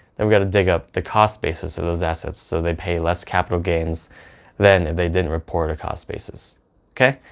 we've got to dig up the cost basis of those assets so they pay less capital gains than if they didn't report a cost basis okay.